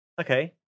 Okay